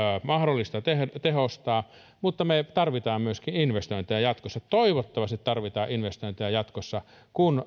mahdollista tehostaa mutta me tarvitsemme myöskin investointeja jatkossa toivottavasti tarvitaan investointeja jatkossa kun